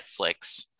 Netflix